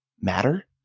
matter